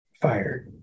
fired